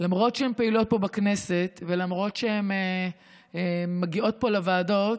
למרות שהן פעילות פה בכנסת ולמרות שהן מגיעות פה לוועדות,